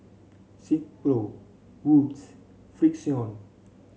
Silkpro Wood's Frixion